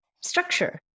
structure